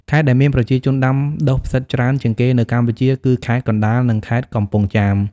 ខេត្តដែលមានប្រជាជនដាំដុះផ្សិតច្រើនជាងគេនៅកម្ពុជាគឺ ខេត្តកណ្ដាល និង ខេត្តកំពង់ចាម។